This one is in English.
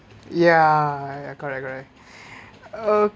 ya correct correct uh